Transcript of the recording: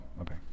okay